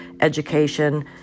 education